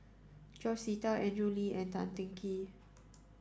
George Sita Andrew Lee and Tan Teng Kee